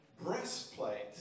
breastplate